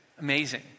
amazing